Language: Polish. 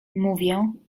mówię